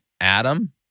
Adam